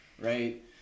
right